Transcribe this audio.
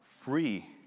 free